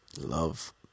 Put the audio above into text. Love